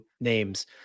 names